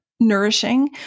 Nourishing